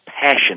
passion